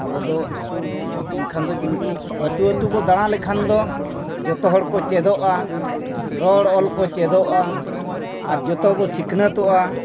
ᱟᱵᱚ ᱫᱚ ᱮᱱᱠᱷᱟᱱ ᱫᱚ ᱱᱩᱠᱩ ᱟᱛᱳ ᱟᱛᱳ ᱵᱚ ᱫᱟᱬᱟ ᱞᱮᱠᱷᱟᱱ ᱫᱚ ᱡᱚᱛᱚ ᱦᱚᱲ ᱠᱚ ᱪᱮᱫᱚᱜᱼᱟ ᱨᱚᱲ ᱚᱞ ᱠᱚ ᱪᱮᱫᱚᱜᱼᱟ ᱟᱨ ᱡᱚᱛᱚ ᱵᱚ ᱥᱤᱠᱷᱱᱟᱹᱛᱚᱜᱼᱟ